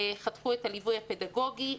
חסכו את הליווי הפדגוגי.